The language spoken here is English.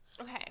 Okay